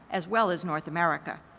as well as north america.